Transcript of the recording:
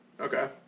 Okay